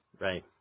Right